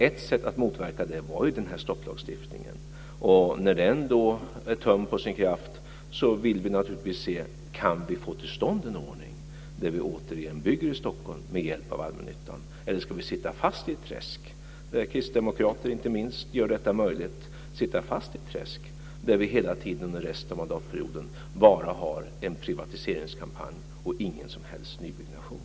Ett sätt att motverka det var ju den här stopplagstiftningen, och när den då är tömd på sin kraft vill vi naturligtvis se om vi kan få till stånd en ordning där vi återigen bygger i Stockholm med hjälp av allmännyttan. Eller ska vi sitta fast i ett träsk - inte minst kristdemokrater gör detta möjligt - där vi hela tiden under resten av mandatperioden bara har en privatiseringskampanj och ingen som helst nybyggnation?